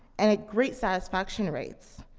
and great satisfaction rates.